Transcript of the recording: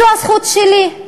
זו הזכות שלי,